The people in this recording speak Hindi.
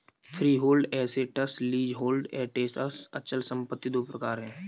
फ्रीहोल्ड एसेट्स, लीजहोल्ड एसेट्स अचल संपत्ति दो प्रकार है